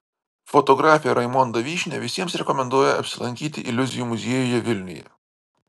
fotografė raimonda vyšnia visiems rekomenduoja apsilankyti iliuzijų muziejuje vilniuje